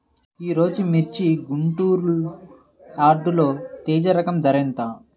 ఈరోజు మిర్చి గుంటూరు యార్డులో తేజ రకం ధర ఎంత?